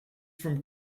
from